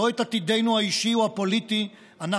לא את עתידנו האישי או הפוליטי אנחנו